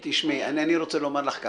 תשמעי, אני רוצה לומר לך ככה.